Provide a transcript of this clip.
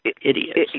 idiots